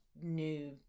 new